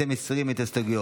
שאתם מסירים את ההסתייגות.